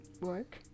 work